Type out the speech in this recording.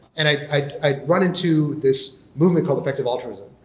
and i i run into this movement um effective altruism,